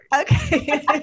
Okay